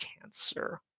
cancer